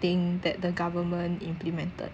thing that the government implemented